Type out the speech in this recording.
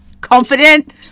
Confident